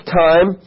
time